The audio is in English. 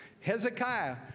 Hezekiah